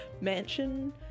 Mansion